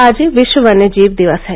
आज विश्व वन्यजीव दिवस है